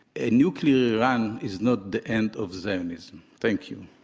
a nuclear iran is not the end of zionism. thank you.